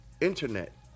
internet